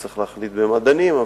צריך להחליט במה דנים.